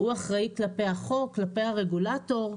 הוא אחראי כלפי החוק, כלפי הרגולטור.